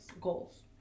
Goals